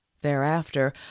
Thereafter